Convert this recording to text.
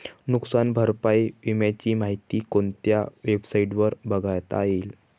नुकसान भरपाई विम्याची माहिती कोणत्या वेबसाईटवर बघता येईल?